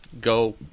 go